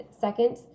second